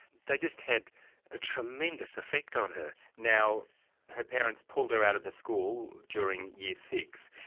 they just had a tremendous effect on her. now her parents pulled her out of the school during year six.